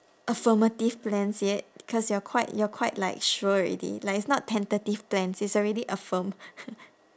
affirmative plans yet because you're quite you're quite like sure already like it's not tentative plans it's already affirmed